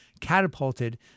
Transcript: catapulted